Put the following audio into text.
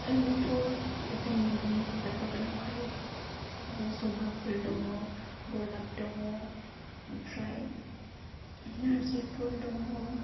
ओरैनोथ' जोंनि न'नि बिबार बागानावहाय जबा फुल दङ गलाप दङ ओमफ्राय नारजि फुल दङ